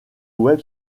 web